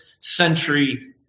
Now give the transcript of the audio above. century